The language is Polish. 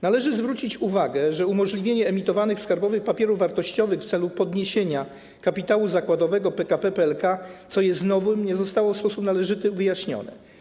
Należy zwrócić uwagę, że umożliwienie emitowania skarbowych papierów wartościowych w celu podniesienia kapitału zakładowego PKP PLK, co jest novum, nie zostało w sposób należyty wyjaśnione.